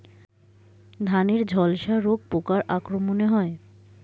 ধানের ঝলসা রোগ পোকার আক্রমণে হয়?